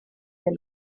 del